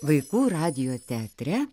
vaikų radijo teatre